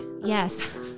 Yes